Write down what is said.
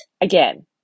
Again